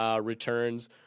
returns